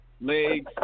legs